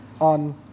on